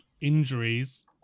injuries